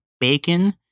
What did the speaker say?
bacon